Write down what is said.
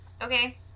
Okay